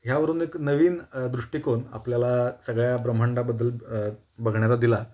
ह्यावरून एक नवीन दृष्टिकोन आपल्याला सगळ्या ब्रह्मांडाबद्दल बघण्याचा दिला